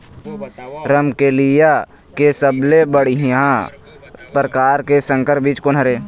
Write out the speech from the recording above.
रमकलिया के सबले बढ़िया परकार के संकर बीज कोन हर ये?